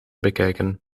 bekijken